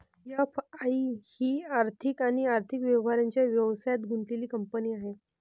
FI ही आर्थिक आणि आर्थिक व्यवहारांच्या व्यवसायात गुंतलेली कंपनी आहे